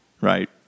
right